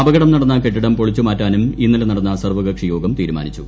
അപകടം നടന്ന ക്ടെട്ടിട്ടം പൊളിച്ചുമാറ്റാനും ഇന്നലെ നടന്ന സർവ്വകക്ഷി യോഗം തീരുമാനിച്ചു